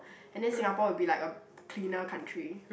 and then Singapore will be like a cleaner country